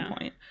point